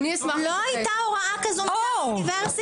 לא הייתה הוראה כזאת באוניברסיטה.